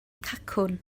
cacwn